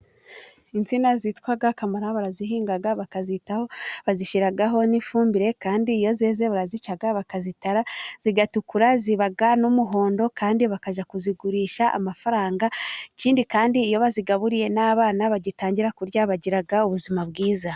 Insina zitwa kamara barazihinga, bakazitaho, bazishyiraho n'ifumbire, kandi iyo zeze barazica bakazitara, zigatukura ziba n'umuhondo, kandi bakajya kuzigurisha amafaranga, ikindi kandi iyo bazigaburiye n'abana bagitangira kurya bagira ubuzima bwiza.